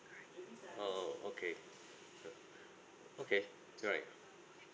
oh okay okay right